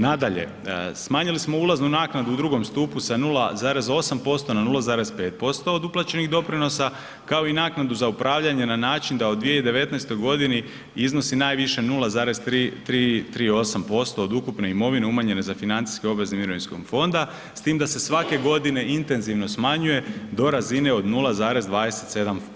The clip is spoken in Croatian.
Nadalje, smanjili smo ulaznu naknadu u drugom stupu sa 0,8% na 0,5% od uplaćenih doprinosa kao i naknadu za upravljanje na način da u 2019. godini iznosi najviše 0,38% od ukupne imovine umanjene za financijske obveze mirovinskog fonda s tim da se svake godine intenzivno smanjuje do razine od 0,27%